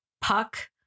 Puck